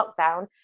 lockdown